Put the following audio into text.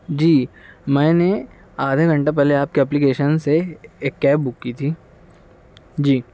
جی میں نے آدھے گھنٹے پہلے آپ کے اپلیکیشن سے ایک کیب بک کی تھی جی